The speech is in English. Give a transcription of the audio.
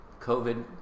COVID